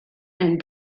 and